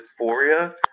dysphoria